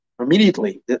Immediately